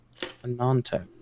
Ananto